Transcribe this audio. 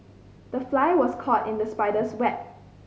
the fly was caught in the spider's web